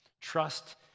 Trust